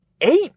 eight